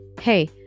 Hey